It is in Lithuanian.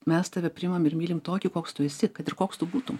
mes tave priimam ir mylim tokį koks tu esi kad ir koks tu būtum